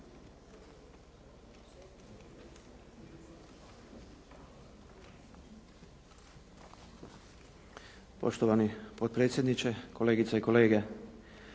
Poštovani potpredsjedniče, kolegice i kolege.